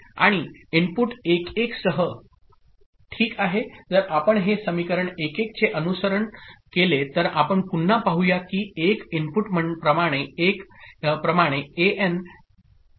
आणि इनपुटवर 1 1 सह ओके जर आपण हे समीकरण 1 1 चे अनुसरण केले तर आपण पुन्हा पाहू या की 1 इनपुट प्रमाणे एन 1 आहे आणि बीएन 1 आहे